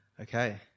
Okay